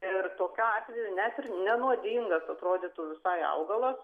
ir tokiu atveju net ir nenuodingas atrodytų visai augalas